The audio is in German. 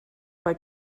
bei